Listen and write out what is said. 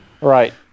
Right